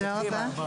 הישיבה נעולה.